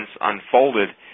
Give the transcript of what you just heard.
unfolded